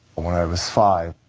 i was five,